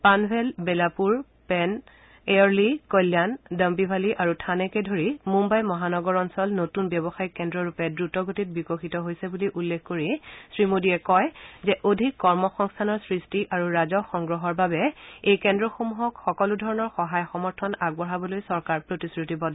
পানভেল বেলাপুৰ পেন এয়ৰলি কল্যাণ ডম্বিভালী আৰু থানেকে ধৰি মুম্বাই মহানগৰ অঞ্চল নতুন ব্যৱসায়িক কেন্দ্ৰৰূপে দ্ৰুতগতিত বিকশিত হৈছে বুলি উল্লেখ কৰি শ্ৰীমোদীয়ে কয় যে অধিক কৰ্মসংস্থানৰ সৃষ্টি আৰু ৰাজহ সংগ্ৰহৰ বাবে এই কেন্দ্ৰসমূহক সকলোধৰণৰ সহায় সমৰ্থন আগবঢ়াবলৈ চৰকাৰ প্ৰতিশ্ৰতিবদ্ধ